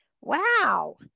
wow